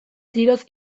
tiroz